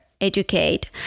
educate